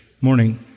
morning